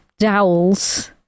dowels